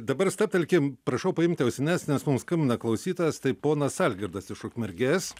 dabar stabtelkim prašau paimti ausines nes mums skambina klausytojas tai ponas algirdas iš ukmergės